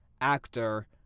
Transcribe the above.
actor